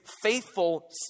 faithful